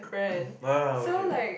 ah okay